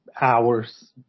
hours